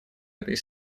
этой